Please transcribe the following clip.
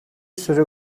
sürü